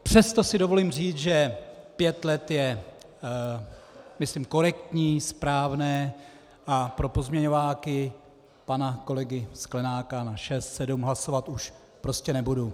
Přesto si dovolím říct, že pět let je myslím korektní, správné a pro pozměňováky pana kolegy Sklenáka na šest, sedm hlasovat už prostě nebudu.